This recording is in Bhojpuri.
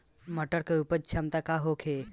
मटर के उपज क्षमता का होखे?